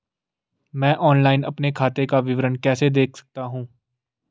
मैं ऑनलाइन अपने खाते का विवरण कैसे देख सकता हूँ?